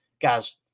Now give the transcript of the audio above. guys